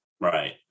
right